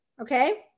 Okay